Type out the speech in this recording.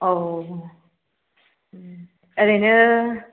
औ उम ओरैनो